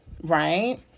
right